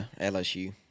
LSU